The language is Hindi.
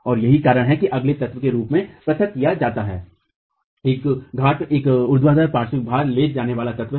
और यही कारण है कि इसे अलग तत्व के रूप में पृथक किया जाता है एक घाट एक ऊर्ध्वाधर पार्श्व भार ले जाने वाला तत्व है